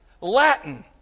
Latin